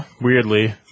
weirdly